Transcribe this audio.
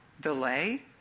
delay